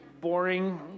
boring